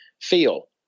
feel